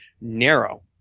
narrow